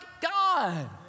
God